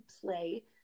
play